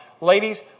ladies